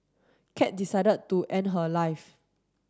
cat decided to end her life